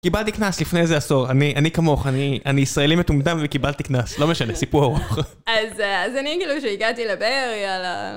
קיבלתי קנס לפני איזה עשור, אני אני כמוך, אני אני ישראלי מטומטם וקיבלתי קנס, לא משנה, סיפור ארוך. אז אני כאילו שהגעתי לבאר, יאללה.